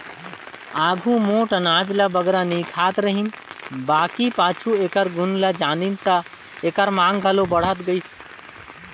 आघु मोट अनाज ल बगरा नी खात रहिन बकि पाछू एकर गुन ल जानिन ता एकर मांग घलो बढ़त गइस